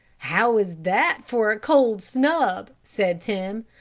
how is that for a cold snub! said tim.